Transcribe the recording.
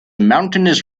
mountainous